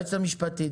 היועצת המשפטית.